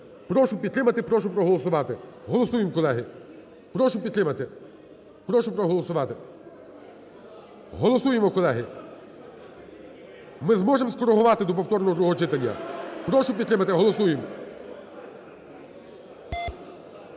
Прошу підтримати і прошу проголосувати. Голосуємо, колеги. Прошу підтримати. Прошу проголосувати. Голосуємо, колеги. Ми зможемо скорегувати до повторного другого читання? Прошу підтримати. Голосуємо.